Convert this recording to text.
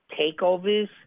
TakeOvers